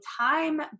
time